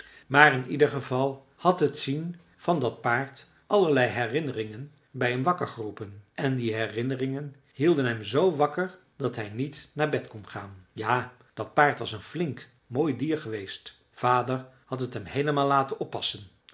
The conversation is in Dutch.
maar in ieder geval had het zien van dat paard allerlei herinneringen bij hem wakker geroepen en die herinneringen hielden hem z wakker dat hij niet naar bed kon gaan ja dat paard was een flink mooi dier geweest vader had het hem heelemaal laten oppassen